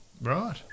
Right